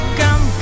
come